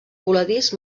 voladís